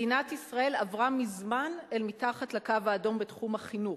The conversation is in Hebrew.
מדינת ישראל עברה מזמן אל מתחת לקו האדום בתחום החינוך.